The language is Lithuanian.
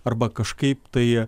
arba kažkaip tai